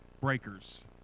breakers